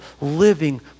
living